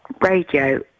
radio